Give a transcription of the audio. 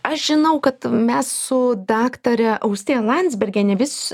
aš žinau kad mes su daktare austėja landsbergiene vis